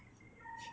what would you do